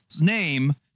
name